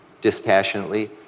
dispassionately